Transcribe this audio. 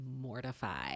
mortified